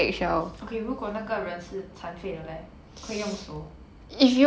okay 如果那个人是残废的 leh 不可以用手